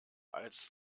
als